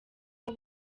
uwo